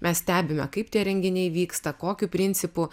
mes stebime kaip tie renginiai vyksta kokiu principu